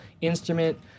instrument